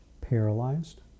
paralyzed